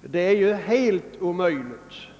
Detta är helt omöjligt.